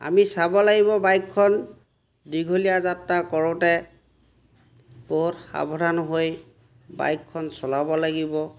আমি চাব লাগিব বাইকখন দীঘলীয়া যাত্ৰা কৰোঁতে বহুত সাৱধান হৈ বাইকখন চলাব লাগিব